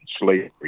slavery